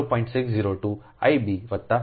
602 I b વત્તા 0